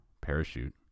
parachute